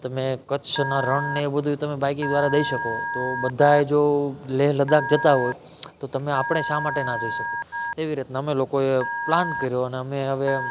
તમે કચ્છનાં રણને એ બધું તમે બાયક દ્વારા જઈ શકો તો બધાંય જો લેહ લદાખ જતાં હોય તો તમે આપણે શા માટે ના જઈ શકીએ એવી રીતના અમે લોકોએ પ્લાન કર્યો અને અમે હવે